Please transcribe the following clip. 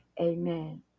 amen